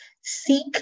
Seek